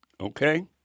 okay